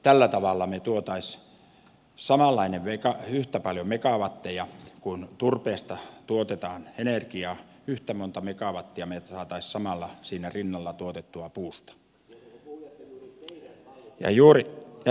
tällä tavalla me saisimme yhtä paljon megawatteja kuin turpeesta tuotetaan energiaa yhtä monta megawattia samalla siinä rinnalla tuotettua puusta